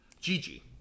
Gigi